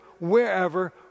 wherever